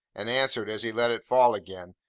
and answered, as he let it fall again,